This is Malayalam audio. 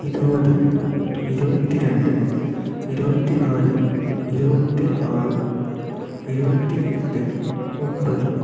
ഇരുപത് ഇരുപത്തി രണ്ട് ഇരുപത്തി നാല് ഇരുപത്തി ആറ് ഇരുപത്തി എട്ട് മുപ്പത്